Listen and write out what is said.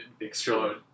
explode